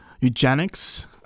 eugenics